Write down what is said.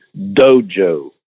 dojo